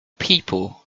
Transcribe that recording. people